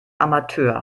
amateur